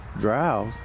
drought